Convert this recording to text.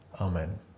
Amen